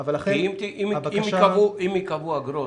אם ייקבעו אגרות,